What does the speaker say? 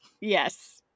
Yes